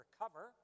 recover